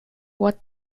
what